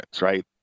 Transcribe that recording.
right